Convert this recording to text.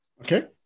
Okay